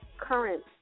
current